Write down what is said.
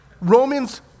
Romans